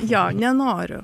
jo nenoriu